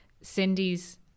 Cindy's